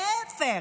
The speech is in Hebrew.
להפך,